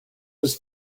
was